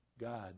God